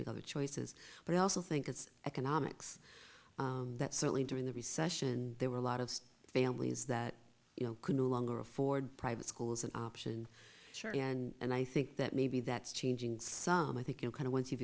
because of choices but i also think it's economics that certainly during the recession there were a lot of families that you know could no longer afford private schools an option sure and i think that maybe that's changing some i think in kind of once you've